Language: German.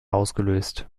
ausgelöst